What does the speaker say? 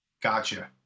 Gotcha